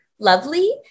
lovely